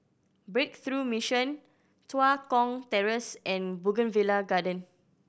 Breakthrough Mission Tua Kong Terrace and Bougainvillea Garden